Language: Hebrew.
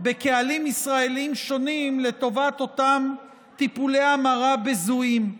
בקהלים ישראליים שונים לטובת אותם טיפולי המרה בזויים.